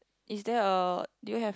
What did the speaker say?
is there a do you have